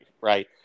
right